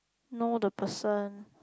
know the person